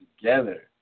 together